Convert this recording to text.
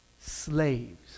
slaves